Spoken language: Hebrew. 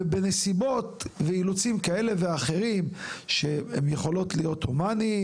ובנסיבות ובאילוצים כאלה ואחרות שיכולים להיות הומאניים,